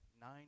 nine